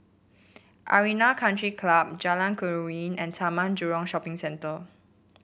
Arena Country Club Jalan Keruing and Taman Jurong Shopping Centre